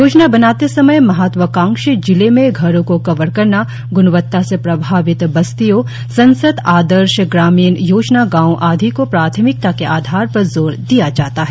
योजना बनाते समय महत्वाकांक्षी जिले में घरो को कवर करना ग्णवत्ता से प्रभावित बंस्तियों संसद आदर्श ग्रामीण योजना गांवो आदि को प्राथमिकता के आधार पर जोर दिया जाता है